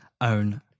Own